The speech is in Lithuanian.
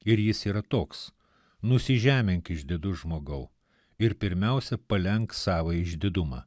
ir jis yra toks nusižemink išdidus žmogau ir pirmiausia palenk savąjį išdidumą